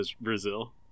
Brazil